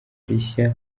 rishya